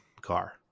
car